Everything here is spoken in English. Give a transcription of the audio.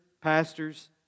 pastors